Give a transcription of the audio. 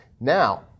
Now